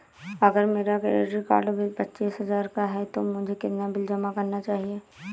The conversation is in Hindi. अगर मेरा क्रेडिट कार्ड बिल पच्चीस हजार का है तो मुझे कितना बिल जमा करना चाहिए?